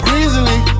easily